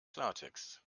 klartext